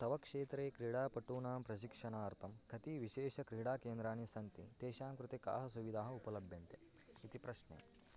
तव क्षेत्रे क्रीडापटूनां प्रशिक्षणार्थं कति विशेषक्रीडाकेन्द्राणि सन्ति तेषां कृते काः सुविधाः उपलभ्यन्ते इति प्रश्ने